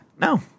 No